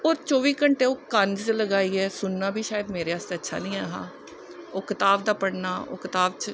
होर चौबी घंटे ओह् कन्न च लगाइयै सुनना बी शायद मेरे आस्तै अच्छा निं है हा ओह् किताब दा पढ़ना ओह् किताब च